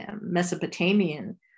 Mesopotamian